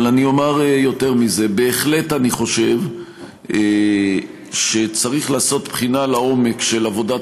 אבל אני אומר יותר מזה: אני בהחלט חושב שצריך לעשות בחינה לעומק של עבודת